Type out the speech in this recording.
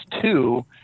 two